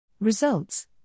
Results